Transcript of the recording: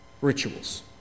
rituals